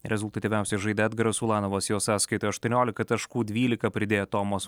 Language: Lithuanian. rezultatyviausiai žaidė edgaras ulanovas jo sąskaitoj aštuoniolika taškų dvylika pridėjo tomas